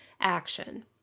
action